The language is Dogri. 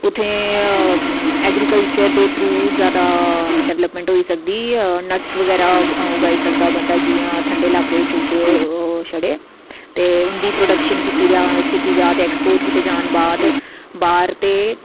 उत्थै एग्रीकल्चर दे थ्रू जादा डेवल्पमेंट होई सकदी नट्स बगैरा उगाई सकदा जि'यां ओह् छड़े ते उं'दी प्रोटक्शन कीती जा ते एक्सपोर्ट कीते जाह्न बाहर ते